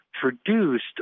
produced